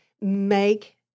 make